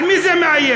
על מי זה מאיים?